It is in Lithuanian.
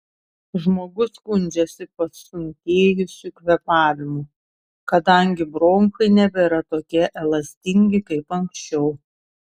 žmogus skundžiasi pasunkėjusiu kvėpavimu kadangi bronchai nebėra tokie elastingi kaip anksčiau